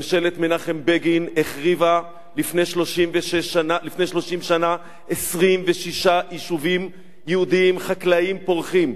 ממשלת מנחם בגין החריבה לפני 30 שנה 26 יישובים יהודיים חקלאיים פורחים.